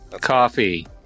Coffee